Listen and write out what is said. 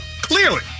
clearly